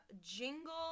Jingle